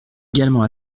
également